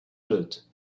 loot